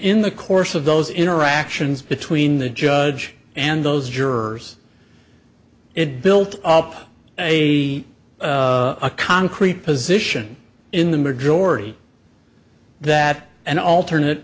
in the course of those interactions between the judge and those jurors it built up a a concrete position in the majority that an alternate